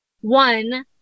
one